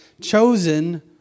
chosen